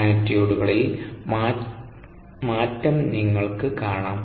മാഗ്നിറ്റ്യൂഡുകളിലെ മാറ്റം നിങ്ങൾക്ക് കാണാം